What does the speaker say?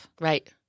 Right